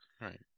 Right